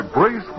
Brace